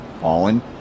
fallen